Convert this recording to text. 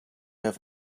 have